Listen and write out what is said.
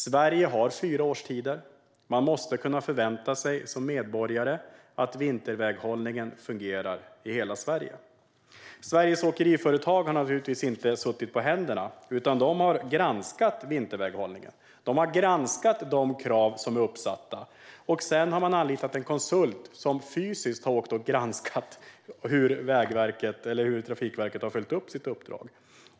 Sverige har fyra årstider, och man måste som medborgare kunna förvänta sig att vinterväghållningen fungerar i hela Sverige. Sveriges Åkeriföretag har naturligtvis inte suttit på sina händer, utan man har granskat vinterväghållningen. Man har granskat de krav som är uppsatta, och sedan har man anlitat en konsult som fysiskt har åkt runt och granskat hur Trafikverket har följt upp sitt uppdrag.